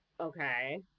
Okay